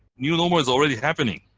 new normal is already happening.